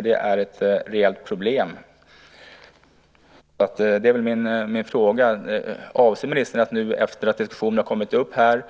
Det är ett rejält problem. Då är min fråga: Avser ministern, efter att en diskussion här har kommit upp, att